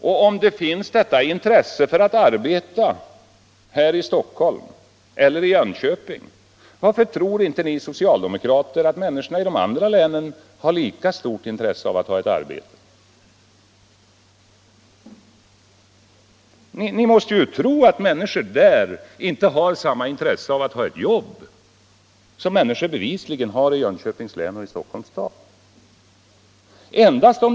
Och om det finns ett sådant intresse för att arbeta här i Stockholm eller i Jönköping, varför tror ni då att människorna i de andra länen inte har lika stort intresse av att ta ett arbete? Ni måste ju tro att människorna där inte har samma intresse av att ha ett jobb som människorna i Jönköpings län och i Stockholms stad bevisligen har.